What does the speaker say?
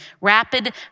rapid